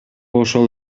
ошол